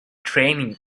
training